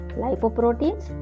lipoproteins